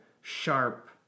sharp